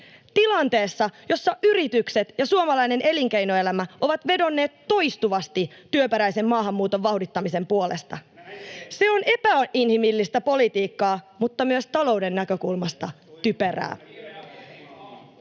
tilanteessa, jossa yritykset ja suomalainen elinkeinoelämä ovat vedonneet toistuvasti työperäisen maahanmuuton vauhdittamisen puolesta. [Ben Zyskowicz: Näin tehdään!] Se on epäinhimillistä politiikkaa mutta myös talouden näkökulmasta typerää.